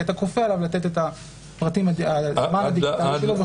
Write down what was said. כי אתה כופה עליו לתת את המען הדיגיטלי שלו וכו'?